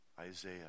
Isaiah